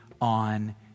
on